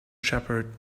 shepherd